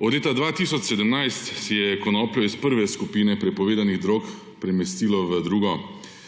Od leta 2017, ko se je konopljo iz prve skupine prepovedanih drog premestilo v drugo,